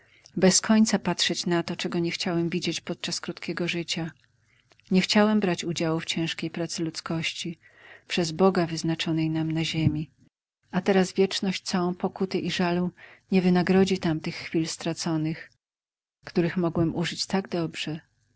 bez końca patrzeć na to czego nie chciałem widzieć podczas krótkiego życia nie chciałem brać udziału w ciężkiej pracy ludzkości przez boga wyznaczonej nam na ziemi a teraz wieczność cała pokuty i żalu nie wynagrodzi tamtych chwil straconych których mogłem użyć tak dobrze